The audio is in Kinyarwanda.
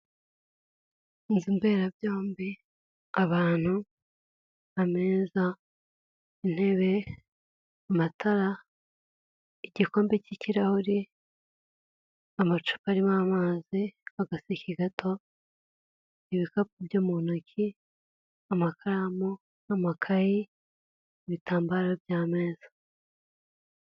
Inzu mberabyombi, abantu, ameza, intebe, amatara, igikombe k'ikirahure, amacupa arimo amazi, agaseke gato, ibikapu byo mu ntoki, amakaramu n'amakayi, ibitambaro by'ameza.